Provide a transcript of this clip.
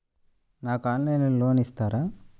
నాకు ఆన్లైన్లో లోన్ ఇస్తారా?